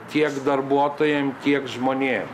tiek darbuotojam tiek žmonėm